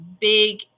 big